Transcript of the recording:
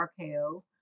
RKO